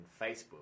Facebook